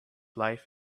life